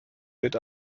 wird